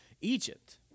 Egypt